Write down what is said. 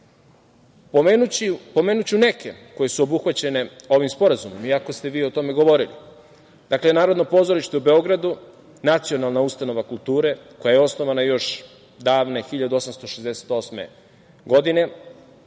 Pomenuću neke koje su obuhvaćene ovim sporazumom, iako ste vi o tome govorili. Dakle, Narodno pozorište u Beogradu, nacionalna ustanova kulture koja je osnovana još davne 1868. godine,